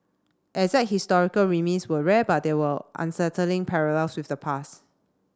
exact historical were rare but there were unsettling parallels with the past